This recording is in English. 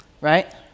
right